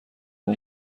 اون